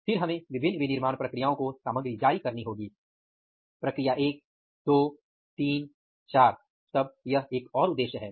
फिर हमें विभिन्न विनिर्माण प्रक्रियाओं को सामग्री जारी करनी होगी प्रक्रिया एक दो तीन चार तब यह एक और उद्देश्य है